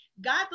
God